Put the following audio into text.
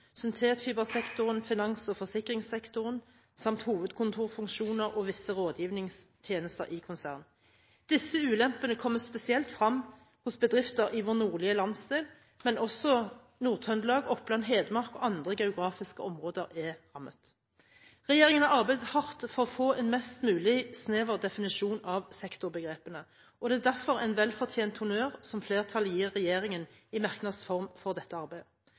syntetfibersektoren, finans- og forsikringssektoren samt hovedkontorfunksjoner og visse rådgivningstjenester i konsern. Disse ulempene kommer spesielt frem hos bedrifter i vår nordlige landsdel, men også Nord-Trøndelag, Oppland, Hedmark og andre geografiske områder er rammet. Regjeringen har arbeidet hardt for å få en mest mulig snever definisjon av sektorbegrepene, og det er derfor en velfortjent honnør som flertallet gir regjeringen i merknads form for dette arbeidet.